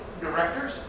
directors